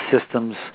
systems